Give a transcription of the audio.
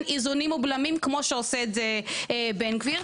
איזונים ובלמים כמו שעושה את זה בן גביר.